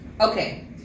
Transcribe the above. Okay